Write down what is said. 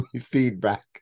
feedback